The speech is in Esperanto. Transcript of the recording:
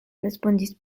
respondis